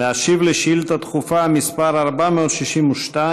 להשיב על שאילתה דחופה מס' 462,